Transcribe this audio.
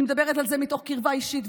אני מדברת על זה מתוך קרבה אישית.